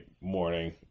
morning